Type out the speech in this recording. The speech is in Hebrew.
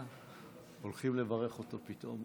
בבקשה.